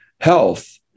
health